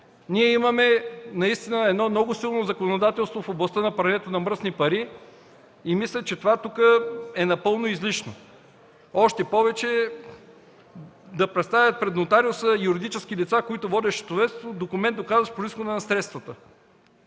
Ние имаме едно наистина много силно законодателство в областта на прането на мръсни пари и мисля, че това тук е напълно излишно. Още повече, да представят пред нотариуса юридически лица, които водят счетоводство, документ, доказващ произхода на средствата.